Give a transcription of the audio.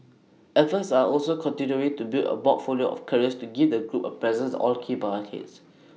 efforts are also continuing to build A portfolio of carriers to give the group A presences all key markets